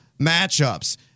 matchups